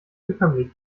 bekömmlich